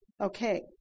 Okay